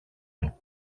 του